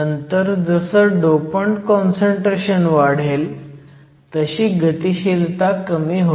नंतर जसं dopant concentration वाढेल तशी गतिशीलता कमी होते